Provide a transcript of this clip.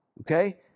Okay